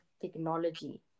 technology